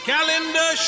Calendar